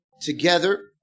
together